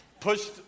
pushed